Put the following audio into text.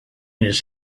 his